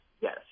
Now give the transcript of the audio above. yes